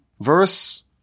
verse